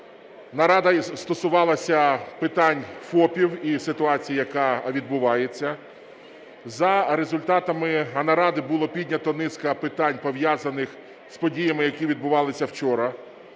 нарада стосувалася питань ФОПів і ситуації, яка відбувається. За результатами наради було піднята низка питань, пов'язаних з подіями, які відбувалися вчора.